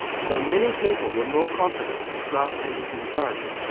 so many people were more confident to flout anglican authority.